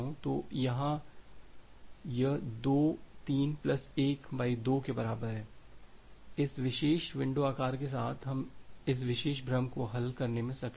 तो यहाँ यह 2 3 प्लस 1 बाई 2 के बराबर है इस विशेष विंडो आकार के साथ हम इस विशेष भ्रम को हल करने में सक्षम हैं